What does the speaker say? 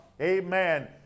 Amen